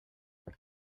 det